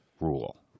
rule